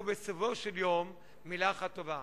ובסופו של יום מלה אחת טובה: